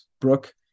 brooke